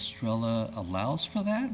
stroller allows for th